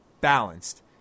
balanced